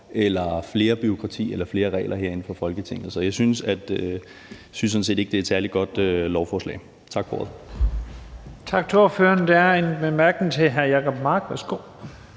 krav, mere bureaukrati eller flere regler herinde fra Folketinget. Så jeg synes sådan set ikke, det er et særlig godt lovforslag. Tak for